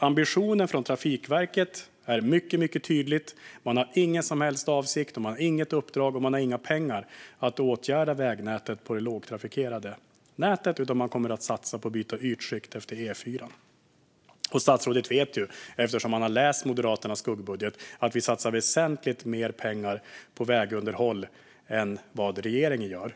Ambitionen från Trafikverket är mycket tydlig. Man har ingen som helst avsikt, inget uppdrag och inga pengar till att åtgärda vägnätet på det lågtrafikerade nätet, utan man kommer att satsa på att byta ytskikt efter E4:an. Statsrådet vet, eftersom han har läst Moderaternas skuggbudget, att vi satsar väsentligt mycket mer pengar på vägunderhåll än vad regeringen gör.